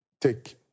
take